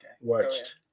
watched